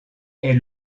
est